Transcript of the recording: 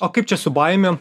o kaip čia su baimėm